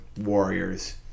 warriors